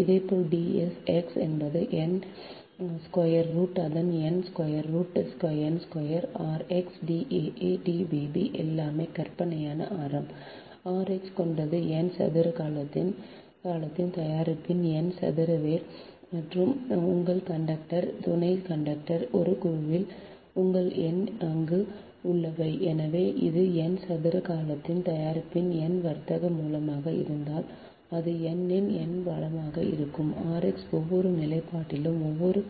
இதேபோல் D s x என்பது n square root அதன் n square root n square r x D aa D bb எல்லாமே கற்பனையான ஆரம் r x கொண்ட n சதுர காலத்தின் தயாரிப்பின் n சதுர வேர் மற்றும் உங்கள் கண்டக்டர் துணை கண்டக்டர் ஒரு குழுவில் உங்கள் எண் அங்கு உள்ளன எனவே இது n சதுர காலத்தின் தயாரிப்பின் n வர்க்க மூலமாக இருந்தால் அது n இன் n வலமாக இருக்கும் rx ஒவ்வொரு நிலைப்பாட்டிலும் ஒவ்வொரு